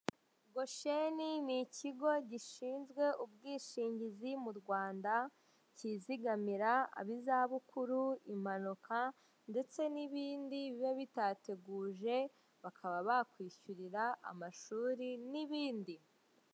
Gosheni ni ikigo gishinzwe ubwishingizi mu Rwanda kizigamira ab'izabukuru, impanuka ndetse n'ibindi biba bitateguje bakaba bakwishyurira amashuri n'ibindi.